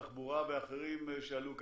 התחבורה ואחרים שעלו כאן,